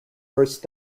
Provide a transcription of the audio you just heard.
first